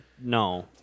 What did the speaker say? No